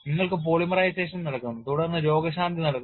നിങ്ങൾക്ക് പോളിമറൈസേഷൻ നടക്കുന്നു തുടർന്ന് രോഗശാന്തി നടക്കുന്നു